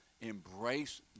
embrace